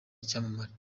icyamamare